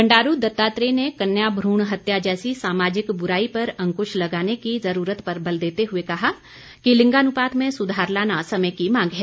बंडारू दत्तात्रेय ने कन्या भ्रण हत्या जैसी सामाजिक बुराई पर अंकुश लगाने की जरूरत पर बल देते हुए कहा कि लिंगानुपात में सुधार लाना समय की मांग है